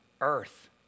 earth